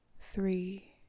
three